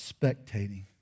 spectating